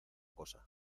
cosa